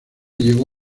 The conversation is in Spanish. llegó